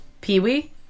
Pee-wee